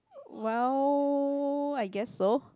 well I guess so